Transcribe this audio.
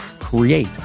create